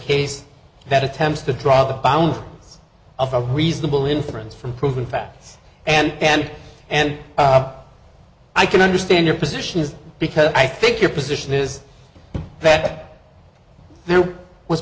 case that attempts to draw the bounds of a reasonable inference from proven facts and and i can understand your position is because i think your position is that there was